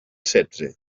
setze